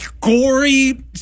gory